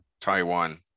taiwan